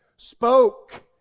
spoke